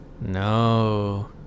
No